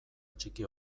txiki